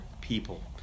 People